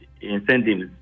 incentives